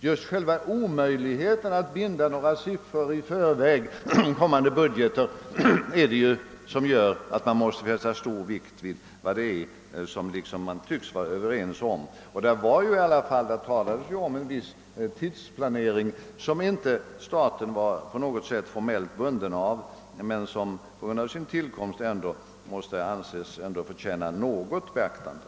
Just omöjligheten att i förväg binda sig för några siffror i kommande budgeter gör att det måste tillmätas stor vikt vad man tycktes vara överens om. Det talades ju i alla fall om en viss tidsplanering, som staten inte på något vis var formellt bunden av men som på grund av sin tillkomst ändå förtjänade beaktande.